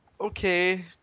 Okay